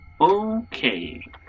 okay